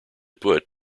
put